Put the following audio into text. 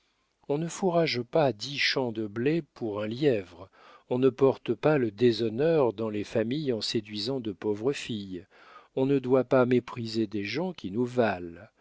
on ne fourrage pas dix champs de blé pour un lièvre on ne porte pas le déshonneur dans les familles en séduisant de pauvres filles on ne doit pas mépriser des gens qui nous valent